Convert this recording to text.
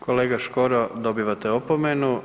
Kolega Škoro, dobivate opomenu.